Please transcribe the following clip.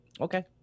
Okay